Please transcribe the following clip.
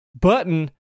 button